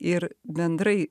ir bendrai